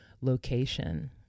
location